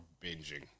binging